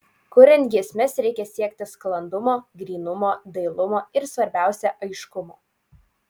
kuriant giesmes reikia siekti sklandumo grynumo dailumo ir svarbiausia aiškumo